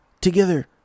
together